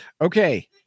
Okay